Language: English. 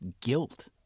guilt